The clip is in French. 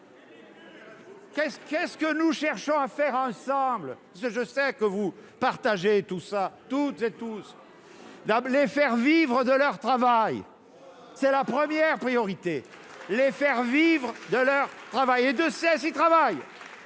qu'est ce que nous cherchons à faire ensemble, je sais que vous partagez tout ça toutes et tous, d'emblée, les faire vivre de leur travail, c'est la première priorité, les faire vivre de leur travail et de celle-ci travaille